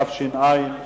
התש"ע 2010,